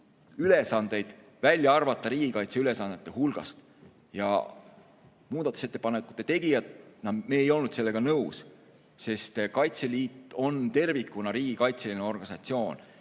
ülesandeid riigikaitse ülesannete hulgast välja arvata. Muudatusettepanekute tegijad, meie, ei olnud sellega nõus, sest Kaitseliit on tervikuna riigikaitseline organisatsioon